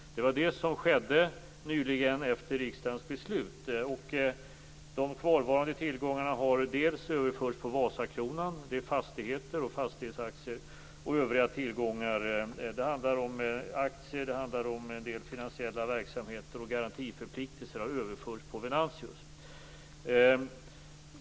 Det var det som skedde nyligen efter riksdagens beslut. Delar av de kvarvarande tillgångarna har överförts på Vasakronan; det är fastigheter och fastighetsaktier. Övriga tillgångar - det handlar om aktier, en del finansiella verksamheter och garantiförpliktelser - har överförts på Venantius.